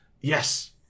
Yes